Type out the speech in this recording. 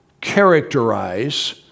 characterize